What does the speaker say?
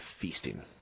feasting